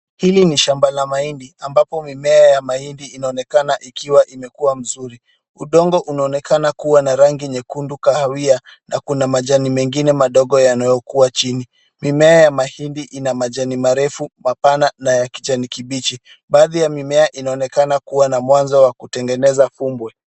Hili ni shamba la maindi ambapo mimea ya maindi inaonekana ikiwa imekuwa mzuri, udongo unaonekana kuwa na rangi nyekundu kahawia, na kuna majani mengine madogo yanayokuwa chini, mimea ya mahindi ina majani marefu mapana na ya kijani kibichi, baadhi ya mimea inaonekana kuwa na mwanzo wa kutengeneza kumbwe.